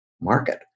market